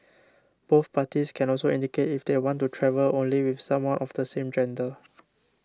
both parties can also indicate if they want to travel only with someone of the same gender